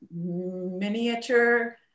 miniature